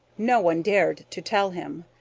no one dared to tell him,